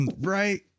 Right